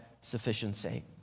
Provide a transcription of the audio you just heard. sufficiency